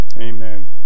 Amen